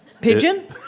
Pigeon